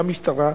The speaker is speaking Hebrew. גם המשטרה,